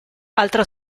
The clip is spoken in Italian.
altra